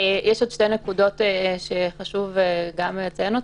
יש עוד שתי נקודות שחשוב לציין אותן.